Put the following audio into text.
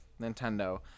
Nintendo